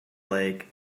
lake